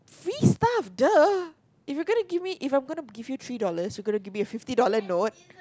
free stuff !duh! if you're gonna give me if I'm gonna give you a three dollars you're gonna give me a fifty dollar note